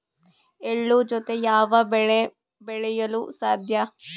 ಎಳ್ಳು ಜೂತೆ ಯಾವ ಬೆಳೆ ಬೆಳೆಯಲು ಸಾಧ್ಯ?